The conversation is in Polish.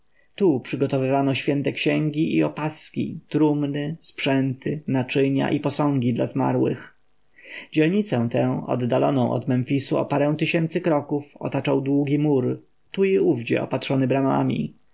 przygotowywano święte księgi i opaski trumny sprzęty naczynia i posągi dla zmarłych dzielnicę tę oddaloną od memfisu o parę tysięcy kroków otaczał długi mur tu i owdzie opatrzony bramami